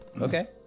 okay